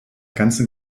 ganzen